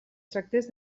tractés